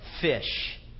fish